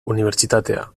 unibertsitatea